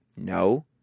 no